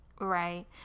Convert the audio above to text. right